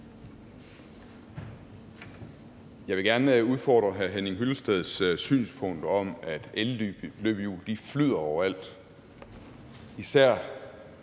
Jeg vil gerne udfordre hr. Henning Hyllesteds synspunkt om, at elløbehjul flyder overalt, især